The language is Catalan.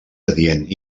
adient